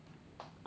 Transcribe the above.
oh